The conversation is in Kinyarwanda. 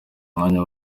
umwanya